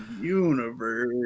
universe